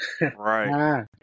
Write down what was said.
Right